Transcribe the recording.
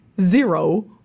zero